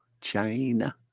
china